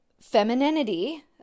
femininity